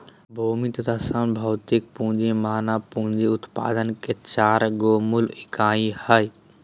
भूमि तथा श्रम भौतिक पूँजी मानव पूँजी उत्पादन के चार गो मूल इकाई हइ